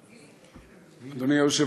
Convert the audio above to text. הכנסת,